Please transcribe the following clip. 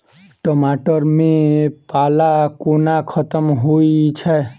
टमाटर मे पाला कोना खत्म होइ छै?